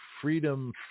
Freedom